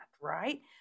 right